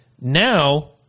Now